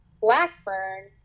Blackburn